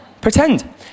Pretend